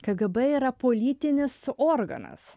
kgb yra politinis organas